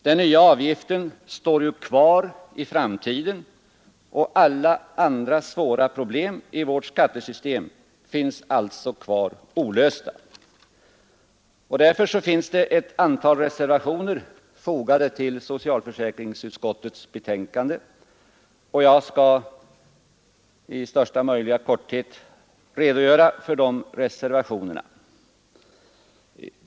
Den nya avgiften står ju kvar i framtiden, och alla andra svåra problem i vårt skattesystem finns alltså kvar olösta. Därför har det vid socialförsäkringsutskottets betänkande fogats ett antal reservationer, och jag skall i största möjliga korthet redogöra för dessa.